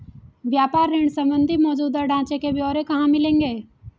व्यापार ऋण संबंधी मौजूदा ढांचे के ब्यौरे कहाँ मिलेंगे?